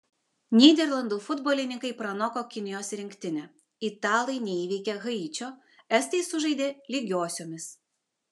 nyderlandų futbolininkai pranoko kinijos rinktinę italai neįveikė haičio estai sužaidė lygiosiomis